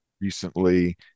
recently